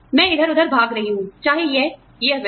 मैं इधर उधर भाग रही हूँ चाहे यह यह वह